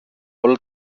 όλα